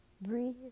Breathe